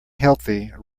healthy